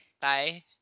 bye